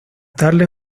tarde